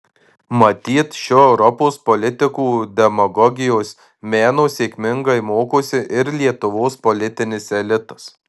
matyt šio europos politikų demagogijos meno sėkmingai mokosi ir lietuvos politinis elitas